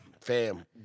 Fam